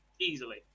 easily